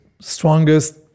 strongest